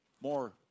more